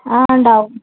ആ ഉണ്ടാകും